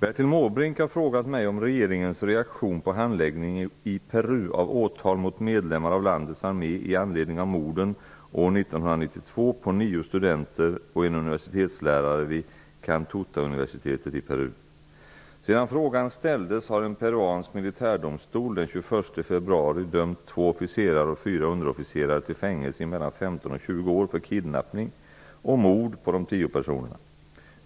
Bertil Måbrink har frågat mig om regeringens reaktion på handläggningen i Peru av åtal mot medlemmar av landets armé i anledning av morden år 1992 på nio studenter och en universitetslärare vid Cantuta-universitetet i Peru. Sedan frågan ställdes har en peruansk militärdomstol den 21 februari dömt två officerare och fyra underofficerare till fängelse i mellan 15 och 20 år för kidnappning och mord på de tio personerna.